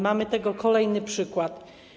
Mamy tego kolejny przykład.